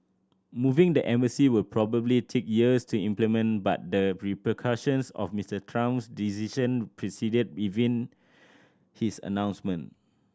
moving the embassy will probably take years to implement but the repercussions of Mr Trump's decision preceded even his announcement